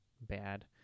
bad